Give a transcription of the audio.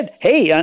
hey